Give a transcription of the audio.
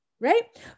right